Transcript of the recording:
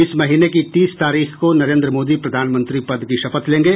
इस महीने की तीस तारीख को नरेंद्र मोदी प्रधानमंत्री पद की शपथ लेंगे